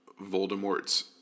Voldemort's